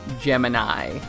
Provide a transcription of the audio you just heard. Gemini